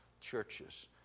churches